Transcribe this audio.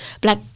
black